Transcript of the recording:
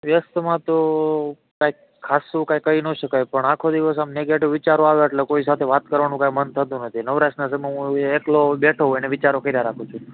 વ્યસ્તમાં તો કઈક ખાસ તો કાઈ કઈ ન શકું કઈપણ આખો દિવસ આમ નેગેટિવ વિચારો આવે એટલે કોઈ સાથે વાત કરવાનું કાઈ મંન થતુ નથી નવરાશના સમયે હુ એકલો બેઠો હોઉ ને વિચારો કર્યા રાખું છું